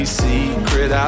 secret